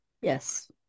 yes